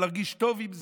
ולהרגיש טוב עם זה,